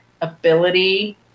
ability